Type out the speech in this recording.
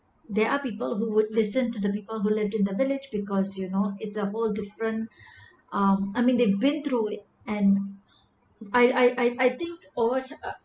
there are people who would listen to the people who lived in the village because you know it's a whole different um I mean they've been through it and I I think